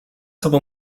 tobą